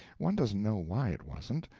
one doesn't know why it wasn't,